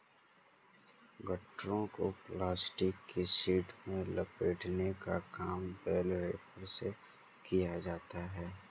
गट्ठरों को प्लास्टिक की शीट में लपेटने का काम बेल रैपर से किया जाता है